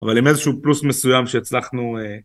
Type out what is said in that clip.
אבל עם איזשהו פלוס מסוים שהצלחנו...